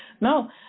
No